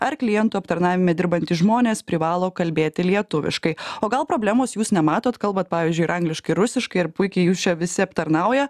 ar klientų aptarnavime dirbantys žmonės privalo kalbėti lietuviškai o gal problemos jūs nematot kalbate pavyzdžiui ir angliškai ir rusiškai ir puikiai jus čia visi aptarnauja